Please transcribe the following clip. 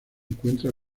encuentra